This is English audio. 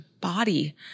body